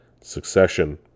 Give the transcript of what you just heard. Succession